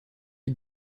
est